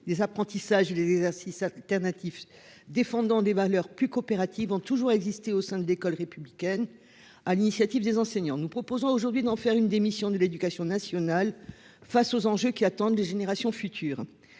Les apprentissages et les exercices alternatifs défendant des valeurs plus coopératives ont toujours existé au sein de l'école républicaine, sur l'initiative des enseignants. Nous proposons aujourd'hui d'en faire l'une des missions de l'éducation nationale face aux enjeux qui attendent les générations futures.